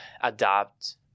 adapt